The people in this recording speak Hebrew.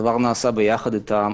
הדבר נעשה יחד אתם.